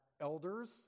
elders